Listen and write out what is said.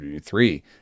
three